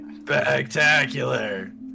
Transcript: Spectacular